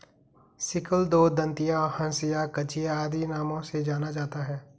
sickle को दँतिया, हँसिया, कचिया आदि नामों से जाना जाता है